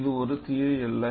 இது ஒரு தியரி அல்ல